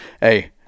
Hey